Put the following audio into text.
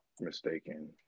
mistaken